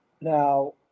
Now